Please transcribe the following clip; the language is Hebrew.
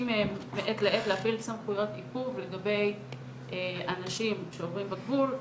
מעת לעת להפעיל סמכויות עיכוב לגבי אנשים שעוברים בגבול,